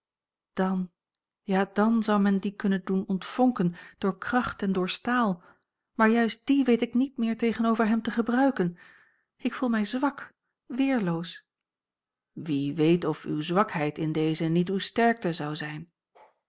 dan ja dan zou men dien kunnen doen ontvonken door kracht en door staal maar juist die weet ik niet meer tegenover hem te gebruiken ik voel mij zwak weerloos wie weet of uwe zwakheid in deze niet uwe sterkte zou zijn